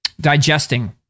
digesting